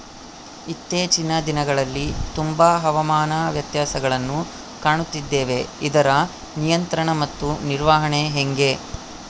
ಇತ್ತೇಚಿನ ದಿನಗಳಲ್ಲಿ ತುಂಬಾ ಹವಾಮಾನ ವ್ಯತ್ಯಾಸಗಳನ್ನು ಕಾಣುತ್ತಿದ್ದೇವೆ ಇದರ ನಿಯಂತ್ರಣ ಮತ್ತು ನಿರ್ವಹಣೆ ಹೆಂಗೆ?